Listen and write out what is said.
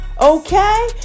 Okay